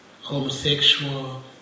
homosexual